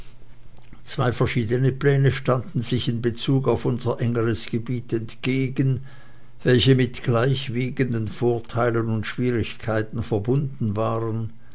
zwei verschiedene pläne standen sich in bezug auf unser engeres gebiet entgegen welche mit gleichwiegenden vorteilen und schwierigkeiten verbunden waren